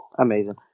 Amazing